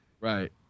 Right